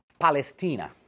Palestina